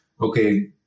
okay